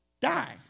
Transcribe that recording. die